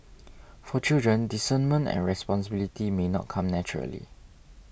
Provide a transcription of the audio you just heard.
for children discernment and responsibility may not come naturally